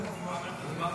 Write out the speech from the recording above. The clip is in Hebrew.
38